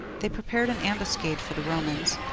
they prepared an ambuscade for the romans,